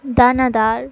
দানাদার